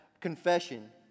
confession